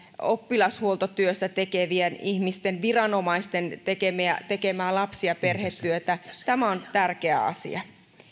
oppilashuoltotyötä tekeviä ihmisiä viranomaisten tekemää lapsi ja perhetyötä tämä on tärkeä asia